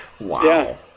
Wow